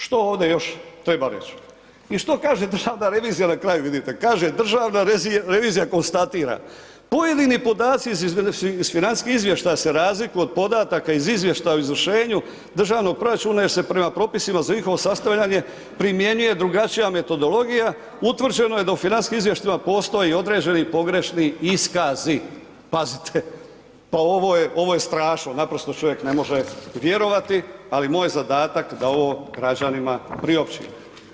Nadalje, što ovdje još treba reći i što kaže državna revizija na kraju vidite, kaže državna revizija konstatira, pojedini podaci iz financijskih izvještaja se razlikuju od podataka iz izvještaja o izvršenju državnog proračuna jer se prema propisima za njihovo sastavljanje primjenjuje drugačija metodologija, utvrđeno je da u financijskim izvještajima postoji određeni pogrešni iskazi, pazite, pa ovo je, ovo je strašno, naprosto čovjek ne može vjerovati, ali moj je zadatak da ovo građanima priopćim.